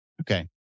Okay